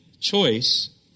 choice